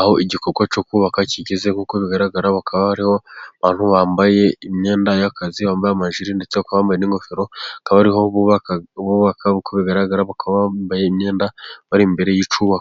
aho igikorwa cyo kubaka kigeze, uko bigaragara bakaba hariho abantu bambaye imyenda y'akazi bambaye amajire ndetse akaba bambaye n'ingofero, akaba ariho bubaka uko bigaragara bakaba bambaye imyenda bari imbere y'icyubakwa.